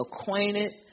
acquainted